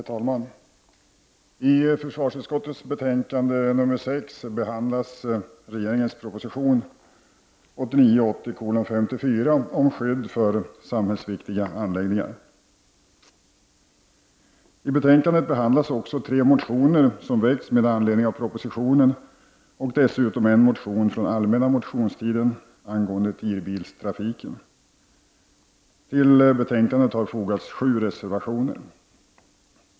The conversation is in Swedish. Herr talman! I försvarsutskottets betänkande nr 6 behandlas regeringens proposition 1989/90:54 om skydd för samhällsviktiga anläggningar. I betänkandet behandlas också tre motioner, som väckts med anledning av propositionen, och dessutom en motion från allmänna motionstiden angående TIR biltrafiken. Till betänkandet har fogats 7 reservationer.